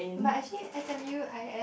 but actually s_m_u I_S